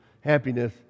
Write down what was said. happiness